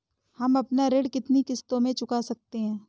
हम अपना ऋण कितनी किश्तों में चुका सकते हैं?